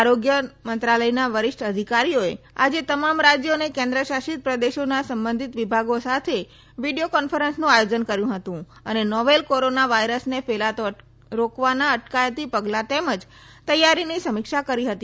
આરોગ્ય મંત્રાલયના વરિષ્ઠ અધિકારીઓએ આજે તમામ રાજ્યો અને કેન્દ્ર શાસિત પ્રદેશોના સંબંધિત વિભાગો સાથે આજે વીડિયો કોન્ફરન્સનું આયોજન કર્યું હતું અને નોવેલ કોરોના વાયરસને ફેલાતો રોકવાના અટકાયતી પગલાં તેમજ તૈયારીની સમીક્ષા કરી હતી